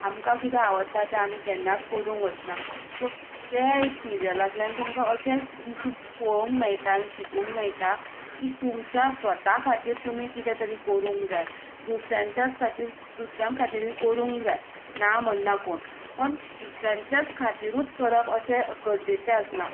आमकां कितें आवडटा तें आमी केन्नाच करूंक वचना सो ते एक सिरियलांतल्यान तुमकां अशें दिसूंक पळोवंक मेळटा आनी शिकूंक मेळटा की तुमच्या स्वता खातीर तुमी कितें तरी करूंक जाय दुसऱ्यांच्याच खातीर दुसऱ्यां खातीरूय करूंक जाय ना म्हणना कोण पूण दुसऱ्या खातीरूच करप अशें गरजेचें आसना